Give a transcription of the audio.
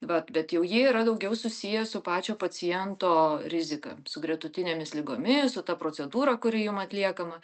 vat bet jau jie yra daugiau susiję su pačio paciento rizika su gretutinėmis ligomis su ta procedūra kuri jum atliekama